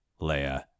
Leia